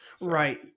Right